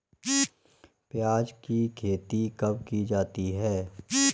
प्याज़ की खेती कब की जाती है?